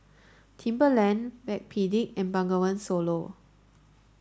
Timberland Backpedic and Bengawan Solo